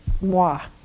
moi